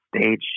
stage